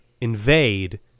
invade